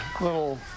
little